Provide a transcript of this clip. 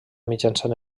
mitjançant